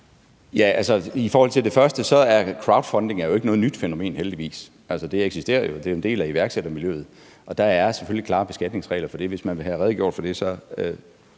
I forhold til det første: Crowdfunding er jo ikke noget nyt fænomen, heldigvis. Det eksisterer jo og er en del af iværksættermiljøet. Der er selvfølgelig klare beskatningsregler for det. Hvis man vil have redegjort for det,